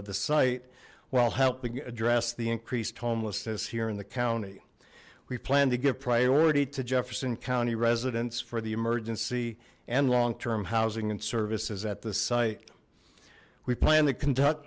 the while helping address the increased homelessness here in the county we plan to give priority to jefferson county residents for the emergency and long term housing and services at the site we plan to conduct